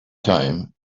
time